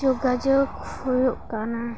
ᱡᱳᱜᱟᱡᱳᱜ ᱦᱩᱭᱩᱜ ᱠᱟᱱᱟ